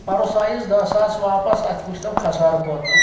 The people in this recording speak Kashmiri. پَرُس آیِس دہ ساس واپس اَتھ وٕچھ توٚ کھسارٕ کوٗتاہ